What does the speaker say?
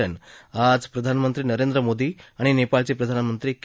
जे आज प्रधानमंत्री नरेंद्र मोदी आणि नेपाळचे प्रधानमंत्री के